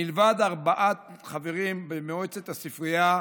מלבד ארבעת החברים במועצת הספרייה,